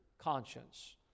conscience